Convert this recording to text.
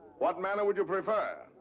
what manner would you prefer?